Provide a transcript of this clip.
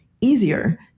easier